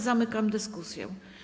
Zamykam dyskusję.